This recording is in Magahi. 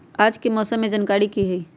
आज के मौसम के जानकारी कि हई?